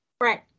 Right